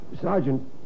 Sergeant